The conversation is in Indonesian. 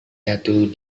jatuh